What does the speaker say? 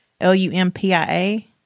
L-U-M-P-I-A